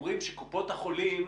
אומרים שקופות החולים